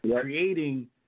creating